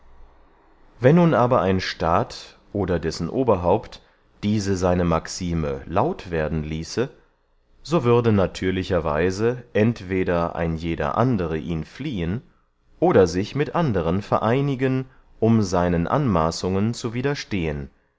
wenn nun aber ein staat oder dessen oberhaupt diese seine maxime laut werden ließe so würde natürlicherweise entweder ein jeder andere ihn fliehen oder sich mit anderen vereinigen um seinen anmaßungen zu widerstehen